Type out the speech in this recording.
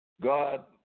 God